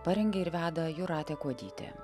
parengė ir veda jūratė kuodytė